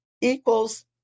equals